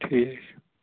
ٹھیٖک